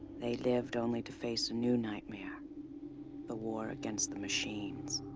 they lived only to face a new nightmare the war against the machines.